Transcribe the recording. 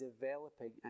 developing